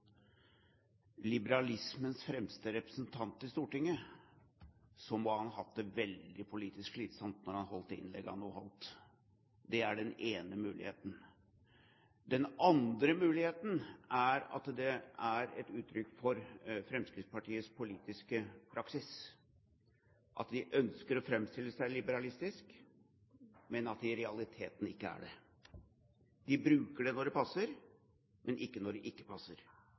liberalismens fremste representant i Stortinget, så tror jeg han må ha hatt det veldig politisk slitsomt da han holdt det innlegget han nå holdt. Det er den ene muligheten. Den andre muligheten er at dette er et uttrykk for Fremskrittspartiets politiske praksis – de ønsker å framstille seg liberalistisk, mens de i realiteten ikke er det. De bruker det når det passer, men ikke når det ikke passer.